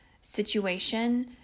situation